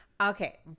Okay